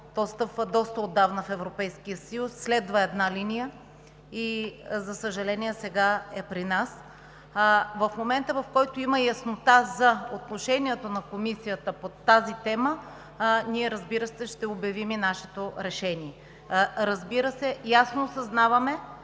доста отдавна в Европейския съюз, следва една линия и сега е при нас. В момента, в който има яснота за отношението на Комисията по тази тема, ние ще обявим и нашето решение. Ясно осъзнаваме,